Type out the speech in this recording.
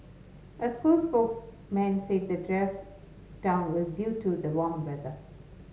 a school spokesman said the dress down was due to the warm weather